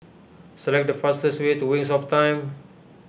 select the fastest way to Wings of Time